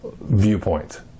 viewpoint